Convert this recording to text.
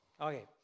Okay